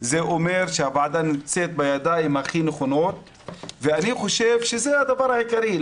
זה אומר שהוועדה נמצאת בידיים הכי נכונות ואני חושב שזה הדבר העיקרי,